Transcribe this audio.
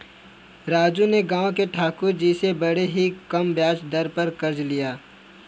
राजू ने गांव के ठाकुर जी से बड़े ही कम ब्याज दर पर कर्ज लिया